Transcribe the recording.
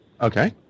okay